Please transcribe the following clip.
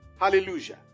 Hallelujah